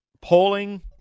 polling